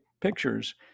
pictures